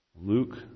Luke